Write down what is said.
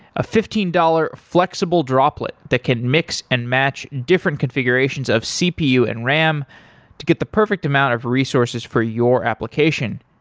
a fifteen dollars flexible droplet that can mix and match different configurations of cpu and ram to get the perfect amount of resources for your application.